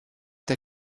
der